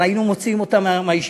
הרי היינו מוציאים אותה מהישיבה.